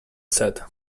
said